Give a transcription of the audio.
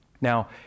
Now